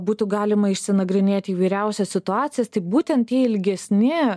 būtų galima išsinagrinėti įvairiausias situacijas tai būtent tie ilgesni